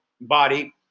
body